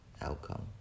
outcome